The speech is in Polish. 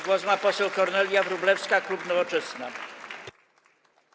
Głos ma poseł Kornelia Wróblewska, klub Nowoczesna.